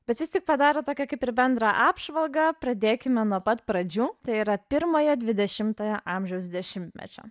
bet vis tik padarant tokią kaip ir bendrą apžvalgą pradėkime nuo pat pradžių tai yra pirmojo dvidešimtojo amžiaus dešimtmečio